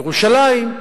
ירושלים,